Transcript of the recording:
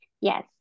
Yes